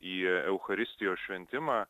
į eucharistijos šventimą